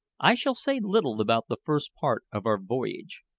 i shall say little about the first part of our voyage.